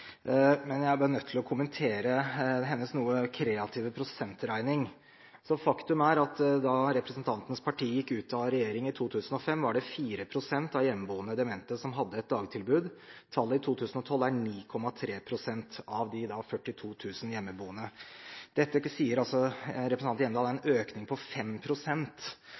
men jeg blir nødt til å kommentere hennes noe kreative prosentregning. Faktum er at da representantens parti gikk ut av regjering i 2005, var det 4 pst. av hjemmeboende demente som hadde et dagtilbud. Tallet i 2012 var 9,3 pst. av de 42 000 hjemmeboende. Dette sier representanten Hjemdal er en økning på